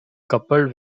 coupled